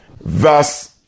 Verse